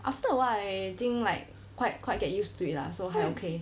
after awhile I think like quite quite get used to it lah so 还 okay